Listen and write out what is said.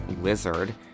Lizard